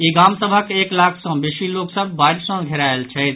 ई गाम सभक एक लाख सँ बेसी लोक सभ बाढ़ि सँ घेरायल छथि